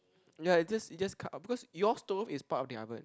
ya it just it just cut up because you stove is part of the oven